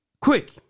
quick